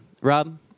Rob